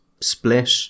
split